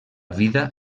vida